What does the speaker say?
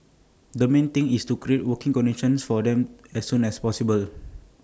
the main thing is to create working conditions for them as soon as possible